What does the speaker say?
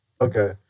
Okay